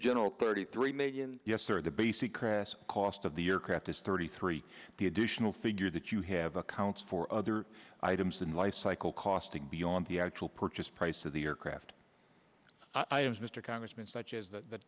general thirty three million yes or the basic crass cost of the aircraft is thirty three the additional figure that you have accounts for other items in life cycle costing beyond the actual purchase price of the aircraft i am mr congressman such as th